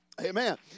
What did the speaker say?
Amen